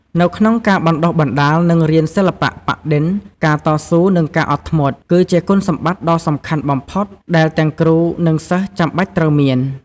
នៅក្នុងការបណ្ដុះបណ្ដាល និងរៀនសិល្បៈប៉ាក់-ឌិន ការតស៊ូ និងការអត់ធ្មត់ គឺជាគុណសម្បត្តិដ៏សំខាន់បំផុតដែលទាំងគ្រូ និងសិស្សចាំបាច់ត្រូវមាន។